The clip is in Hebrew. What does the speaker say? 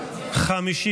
נתקבלו.